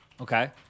Okay